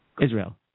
Israel